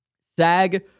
SAG